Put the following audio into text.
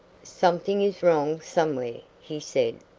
something is wrong somewhere, he said,